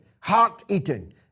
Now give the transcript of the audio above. heart-eating